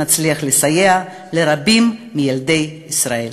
נצליח לסייע לרבים מילדי ישראל.